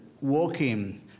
walking